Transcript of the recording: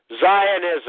Zionism